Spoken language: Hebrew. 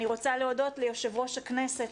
אני רוצה להודות ליו"ר הכנסת,